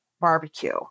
barbecue